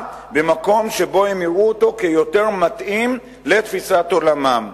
במקום שהם יראו אותו כיותר מתאים לתפיסת עולמם,